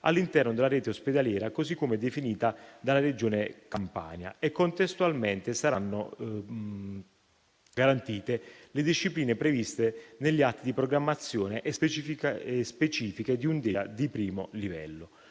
all'interno della rete ospedaliera così come definito dalla Regione Campania e contestualmente saranno garantite le discipline previste negli atti di programmazione e specifiche di una DEA di primo livello.